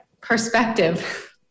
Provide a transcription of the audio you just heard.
Perspective